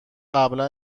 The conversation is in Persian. قبلا